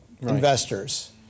investors